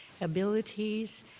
abilities